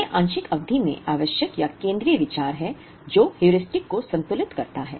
यह आंशिक अवधि में आवश्यक या केंद्रीय विचार है जो हेयुरिस्टिक को संतुलित करता है